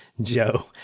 Joe